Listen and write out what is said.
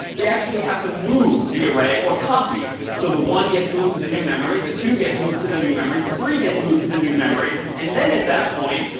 we actually have to move the array or copy it. so the one gets moved to the new memory. the two gets moved to the new memory. the three gets moved to the new memory. and then at that point,